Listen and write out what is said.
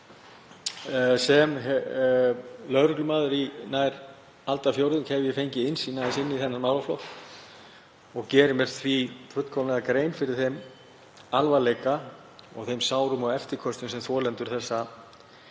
Sem lögreglumaður í nær aldarfjórðung hef ég fengið innsýn inn í þennan málaflokk. Ég geri mér því fullkomlega grein fyrir þeim alvarleika og þeim sárum og eftirköstum sem þolendur þurfa